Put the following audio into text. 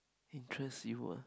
interest you ah